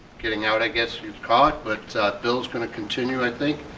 getting out i guess you've caught but bill's gonna continue, i think,